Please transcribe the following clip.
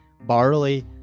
barley